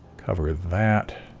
cover ah that,